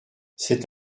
cet